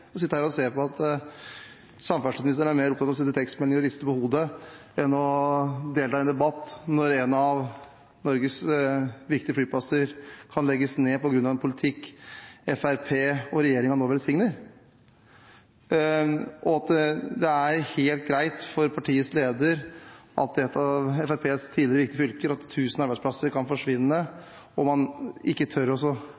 å sitte her og se på at samferdselsministeren er mer opptatt av å sende tekstmeldinger og riste på hodet enn å delta i debatten når en av Norges viktigste flyplasser kan legges ned på grunn av en politikk Fremskrittspartiet og regjeringen nå velsigner, og det er helt greit for partiets leder at i et av Fremskrittspartiets tidligere viktige fylker kan 1 000 arbeidsplasser forsvinne, og man tør ikke